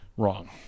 wrong